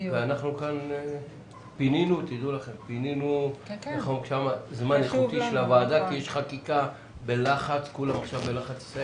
אנחנו כאן פינינו זמן איכותי של הוועדה כי יש חקיקה וכולם עכשיו בלחץ.